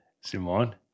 Simon